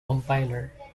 compiler